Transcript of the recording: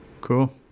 Cool